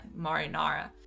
marinara